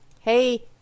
hey